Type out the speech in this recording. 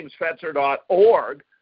jamesfetzer.org